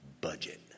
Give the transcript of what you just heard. Budget